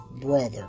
brother